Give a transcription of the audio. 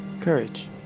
Courage